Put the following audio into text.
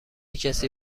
کسی